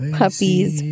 puppies